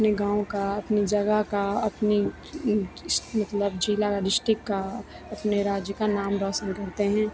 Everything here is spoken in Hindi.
अपने गाँव का अपने जगह का अपने मतलब ज़िले डिस्टिक्ट का अपने राज्य का नाम रौशन करते हैं